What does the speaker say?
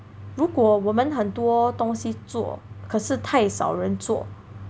如果我们很多东西做可是太少人做